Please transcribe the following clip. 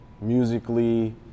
Musically